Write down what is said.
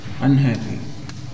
unhappy